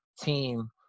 Team